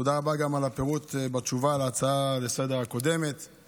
תודה רבה גם על הפירוט בתשובה על ההצעה הקודמת לסדר-היום.